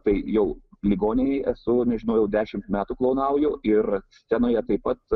tai jau ligoninėj esu nežinau jau dešimt metų klounauju ir scenoje taip pat